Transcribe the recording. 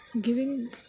giving